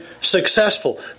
successful